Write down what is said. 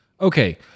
Okay